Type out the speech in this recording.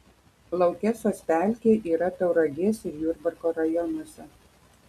laukesos pelkė yra tauragės ir jurbarko rajonuose